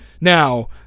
Now